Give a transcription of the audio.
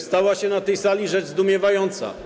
Stała się na tej sali rzecz zdumiewająca.